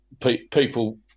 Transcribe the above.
people